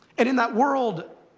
and in that world,